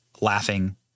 laughing